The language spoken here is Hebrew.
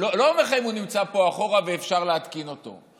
לא אומר לך אם הוא נמצא פה מאחור ואפשר להתקין אותו,